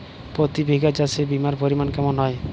প্রতি বিঘা চাষে বিমার পরিমান কেমন হয়?